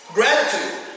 Gratitude